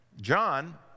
John